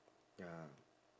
ya